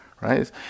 right